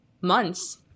Months